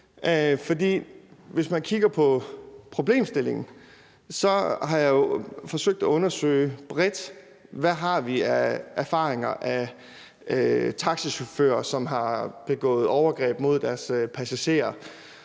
hvis man kigger på problemstillingen, har jeg jo forsøgt at undersøge bredt, hvad vi har af erfaringer med taxachauffører, som har begået overgreb mod deres passagerer,